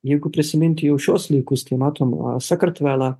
jeigu prisiminti jau šiuos laikus tai matom sakartvelą